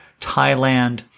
Thailand